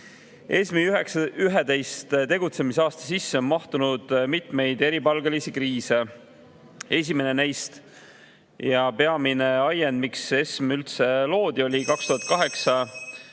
11 tegutsemisaasta sisse on mahtunud mitmeid eripalgelisi kriise. Esimene neist ja peamine ajend, miks ESM üldse loodi, oli 2008.